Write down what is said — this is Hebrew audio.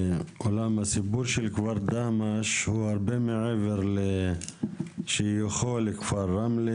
הסיפור של כפר דהמש הוא הרבה מעבר לשיוכו לכפר רמלה